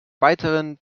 weiterhin